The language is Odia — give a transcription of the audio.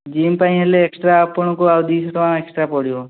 ଜିମ୍ ପାଇଁ ହେଲେ ଏକ୍ସଟ୍ରା ଆପଣଙ୍କୁ ଆଉ ଦୁଇଶହଟଙ୍କା ଏକ୍ସଟ୍ରା ପଡ଼ିବ